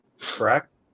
correct